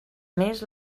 més